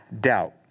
doubt